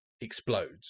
explodes